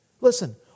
Listen